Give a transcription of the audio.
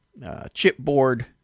chipboard